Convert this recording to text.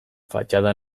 fatxada